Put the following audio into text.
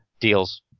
deals